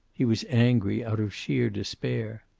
he was angry, out of sheer despair.